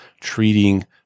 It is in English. treating